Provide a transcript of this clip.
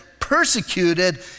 persecuted